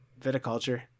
Viticulture